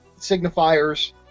signifiers